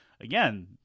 again